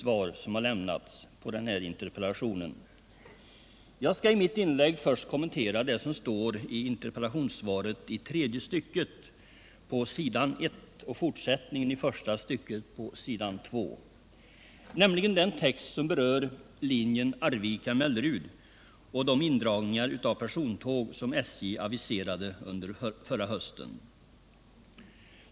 Jag skall i mitt inlägg först kommentera det som står i interpellationssvaret om linjen Arvika-Mellerud och de indragningar av persontåg som SJ aviserade förra hösten.